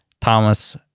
Thomas